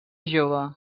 jove